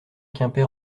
quimper